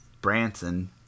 Branson